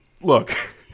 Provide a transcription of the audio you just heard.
look